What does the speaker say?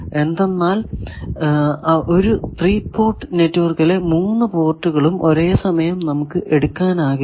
എന്തെന്നാൽ ഒരു 3 പോർട്ട് നെറ്റ്വർക്കിലെ 3 പോർട്ടുകളും ഒരേ സമയം നമുക്ക് എടുക്കാനാകില്ല